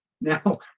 Now